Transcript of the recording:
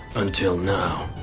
until now.